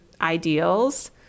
ideals